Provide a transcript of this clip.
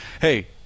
hey